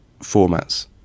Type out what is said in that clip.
formats